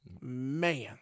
man